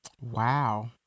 Wow